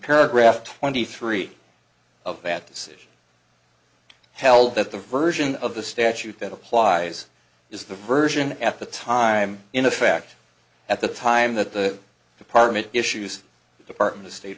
paragraph twenty three of bad decisions held that the version of the statute that applies is the version at the time in effect at the time that the department issues department of state